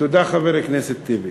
שני משפטים, תודה, חבר הכנסת טיבי.